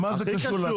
למה זה קשור?